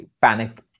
panic